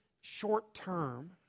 short-term